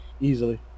Easily